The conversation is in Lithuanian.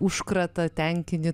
užkratą tenkini